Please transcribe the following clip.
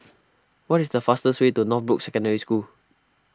what is the fastest way to Northbrooks Secondary School